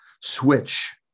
switch